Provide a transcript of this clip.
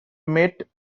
met